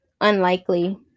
unlikely